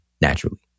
naturally